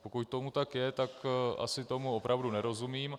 Pokud tomu tak je, tak asi tomu opravdu nerozumím.